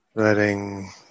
Letting